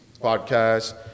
podcast